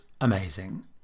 amazing